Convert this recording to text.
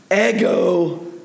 Ego